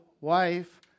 wife